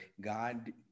God